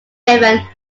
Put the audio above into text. devon